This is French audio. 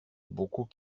beaucoup